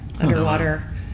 underwater